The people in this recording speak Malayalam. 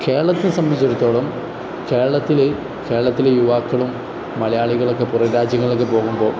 കേരളത്തിനെ സംബന്ധിച്ചിടത്തോളം കേരളത്തിൽ കേരളത്തിലെ യുവാക്കളും മലയാളികളൊക്കെ പുറം രാജ്യങ്ങളിലൊക്കെ പോകുമ്പോൾ